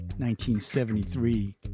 1973